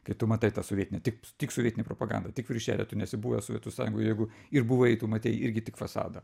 kai tu matai tą sovietinę tik tik sovietinę propagandą tik viršelį tu nesi buvęs sovietų sąjungoje jeigu ir buvai tu matei irgi tik fasadą